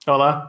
Olá